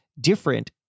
different